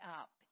up